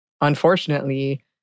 unfortunately